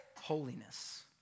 holiness